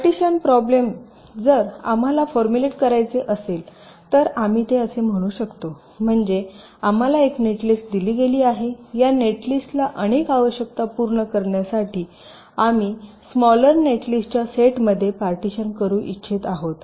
partition problem जर आम्हाला formulate करायचे असेल तर आम्ही ते असे म्हणू शकतो म्हणजे आम्हाला एक नेटलिस्ट दिली गेली आहे या नेटलिस्टला अनेक आवश्यकता पूर्ण करण्यासाठी आम्ही स्मालर नेटलिस्टच्या सेटमध्ये पार्टीशन करू इच्छित आहोत